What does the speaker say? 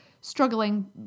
struggling